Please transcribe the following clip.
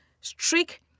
strict